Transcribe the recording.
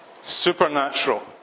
supernatural